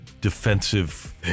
defensive